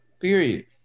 period